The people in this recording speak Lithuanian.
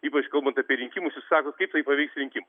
ypač kalbant apie rinkimus jūs sakot kaip paveiks rinkimus